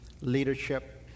leadership